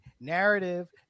narrative